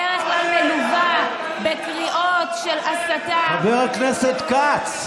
ובדרך כלל מלווה בקריאות של הסתה, חבר הכנסת כץ,